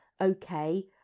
okay